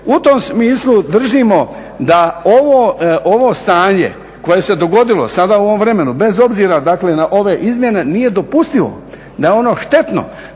U tom smislu držimo da ovo stanje koje se dogodilo sada u ovom vremenu, bez obzira na ove izmjene, nije dopustivo da ono štetno,